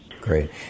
great